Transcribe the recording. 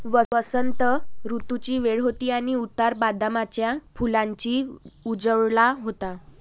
वसंत ऋतूची वेळ होती आणि उतार बदामाच्या फुलांनी उजळला होता